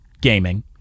gaming